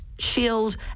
Shield